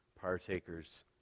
partakers